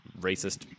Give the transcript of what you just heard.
racist